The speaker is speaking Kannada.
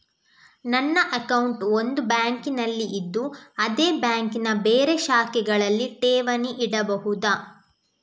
ನನ್ನ ಅಕೌಂಟ್ ಒಂದು ಬ್ಯಾಂಕಿನಲ್ಲಿ ಇದ್ದು ಅದೇ ಬ್ಯಾಂಕಿನ ಬೇರೆ ಶಾಖೆಗಳಲ್ಲಿ ಠೇವಣಿ ಇಡಬಹುದಾ?